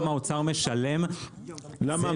גם האוצר משלם --- למה?